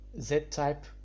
Z-type